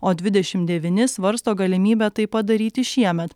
o dvidešim devyni svarsto galimybę tai padaryti šiemet